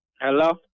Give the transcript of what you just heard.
Hello